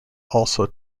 also